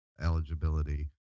eligibility